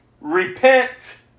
repent